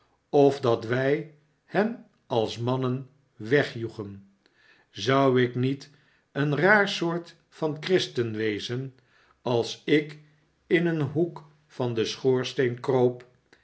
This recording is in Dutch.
of dat wij hen als mannen wegjoegen zou ik niet een raar soort van christen wezen als ik m een hoek van den schoorsteen kroop